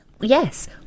yes